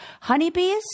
honeybees